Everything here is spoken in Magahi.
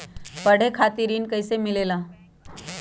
पढे खातीर ऋण कईसे मिले ला?